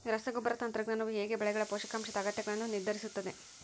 ರಸಗೊಬ್ಬರ ತಂತ್ರಜ್ಞಾನವು ಹೇಗೆ ಬೆಳೆಗಳ ಪೋಷಕಾಂಶದ ಅಗತ್ಯಗಳನ್ನು ನಿರ್ಧರಿಸುತ್ತದೆ?